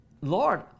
Lord